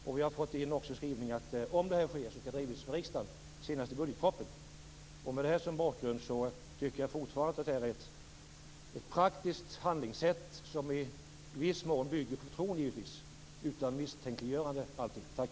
Om det sker skall det redovisas för riksdagen i budgetpropositionen. Med det som bakgrund tycker jag fortfarande att det här är ett praktiskt handlingssätt som i viss mån bygger på förtroende utan att misstänkliggöra allting.